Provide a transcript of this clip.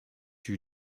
you